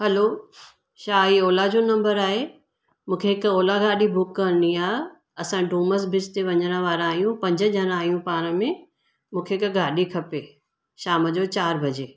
हलो छा इहो ओला जो नंबर आहे मूंखे हिकु ओला गाॾी बुक करिणी आहे असां डूमस बीच ते वञण वारा आहियूं पंज ॼणा आहियूं पाण में मूंखे हिकु गाॾी खपे शाम जो चारि बजे